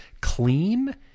clean